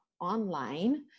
online